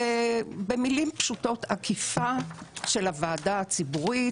במילים פשוטות עקיפה של הוועדה הציבורית.